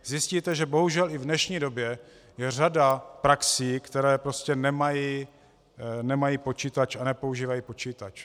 Zjistíte, že bohužel i v dnešní době je řada praxí, které prostě nemají počítač a nepoužívají počítač.